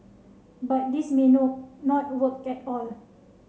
but this may no not work get all